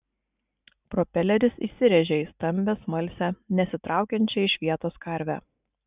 propeleris įsirėžė į stambią smalsią nesitraukiančią iš vietos karvę